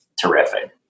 terrific